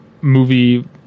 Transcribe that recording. movie